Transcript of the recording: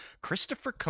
christopher